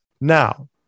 Now